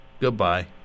Goodbye